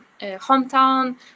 hometown